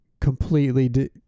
completely